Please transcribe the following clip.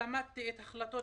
למדתי את החלטות